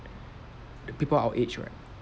people our age right